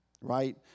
right